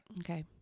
Okay